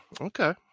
okay